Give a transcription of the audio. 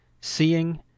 seeing